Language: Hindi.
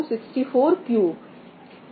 2x64 3